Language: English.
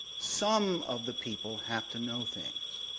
some of the people have to know things.